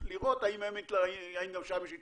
לראות האם גם שם יש התלבטות.